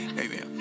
amen